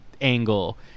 angle